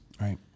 right